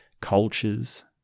cultures